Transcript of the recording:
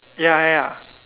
ya ya